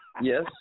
Yes